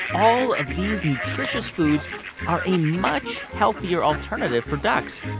all of these nutritious foods are a much healthier alternative for ducks.